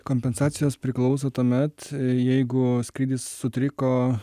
kompensacijos priklauso tuomet jeigu skrydis sutriko